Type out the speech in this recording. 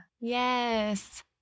Yes